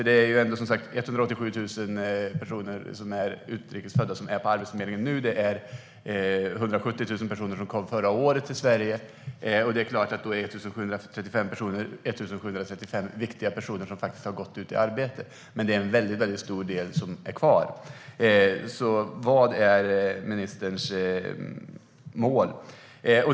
Det är ändå, som sagt, 187 000 utrikes födda personer som är inskrivna på Arbetsförmedlingen nu. Det kom 170 000 personer förra året till Sverige. Det är klart att det är viktigt att det är 1 735 personer som faktiskt har gått ut i arbete. Men det är en väldigt stor del som är kvar. Vad är ministerns mål?